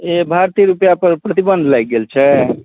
ई भारतीय रुपैआपर प्रतिबन्ध लागि गेल छै